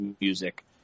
music